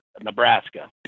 Nebraska